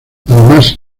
además